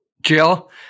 Jill